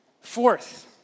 Fourth